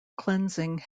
cleansing